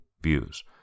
views